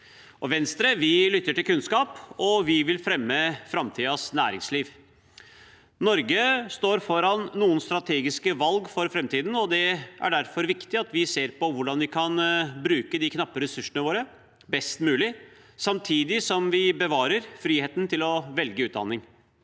Venstre lytter til kunnskap, og vi vil fremme framtidens næringsliv. Norge står foran noen strategiske valg for framtiden, og det er derfor viktig at vi ser på hvordan vi kan bruke de knappe ressursene våre best mulig, samtidig som vi bevarer friheten til å velge utdanning.